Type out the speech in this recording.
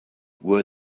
where